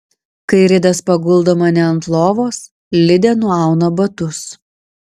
kai ridas paguldo mane ant lovos lidė nuauna batus